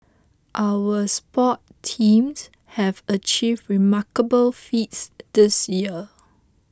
our sports teams have achieved remarkable feats this year